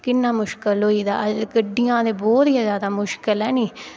किन्ना मुश्कल होई गेदा अज्ज गड्डियां ते बहुत गै ज्यादा मुश्कल है नी